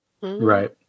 Right